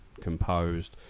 composed